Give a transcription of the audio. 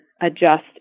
adjust